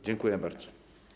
Dziękuję bardzo.